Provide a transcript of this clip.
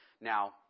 Now